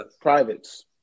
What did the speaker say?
Privates